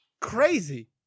Crazy